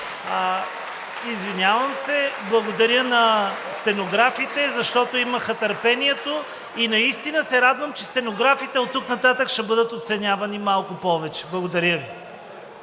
Извинявам се, благодаря на стенографите, защото имаха търпението, и наистина се радвам, че стенографите оттук нататък ще бъдат оценявани малко повече. Благодаря Ви.